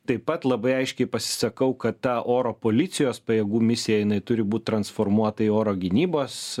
taip pat labai aiškiai pasisakau kad ta oro policijos pajėgų misija jinai turi būt transformuota į oro gynybos